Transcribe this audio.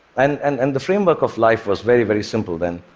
and and and the framework of life was very, very simple then,